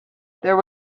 there